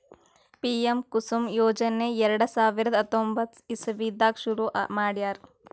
PM Kusum ಯೋಜನೆ ಎರಡ ಸಾವಿರದ್ ಹತ್ತೊಂಬತ್ತ್ ಇಸವಿದಾಗ್ ಶುರು ಮಾಡ್ಯಾರ್